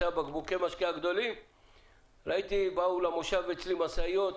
בקבוקי המשקה הגדולים באו למושב בכנסת משאיות,